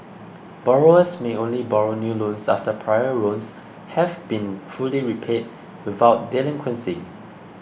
borrowers may only borrow new loans after prior loans have been fully repaid without delinquency